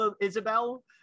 Isabel